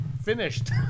finished